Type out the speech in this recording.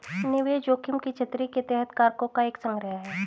निवेश जोखिम की छतरी के तहत कारकों का एक संग्रह है